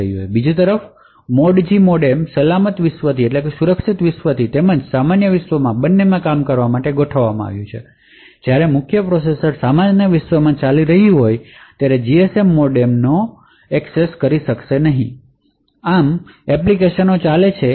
બીજી તરફ 3જી મોડેમ સલામત વિશ્વથી તેમજ સામાન્ય વિશ્વમાં બંનેને કામ કરવા માટે ગોઠવવામાં આવ્યું છે જ્યારે મુખ્ય પ્રોસેસર સામાન્ય વિશ્વમાં ચાલી રહ્યું હોય ત્યારે તે જીએસએમ મોડેમને એક્સેસ કરી શકશે નહીં આમ એપ્લિકેશન જે